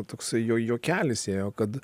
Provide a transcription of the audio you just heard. toksai jo juokelis ėjo kad